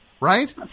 Right